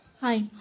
Hi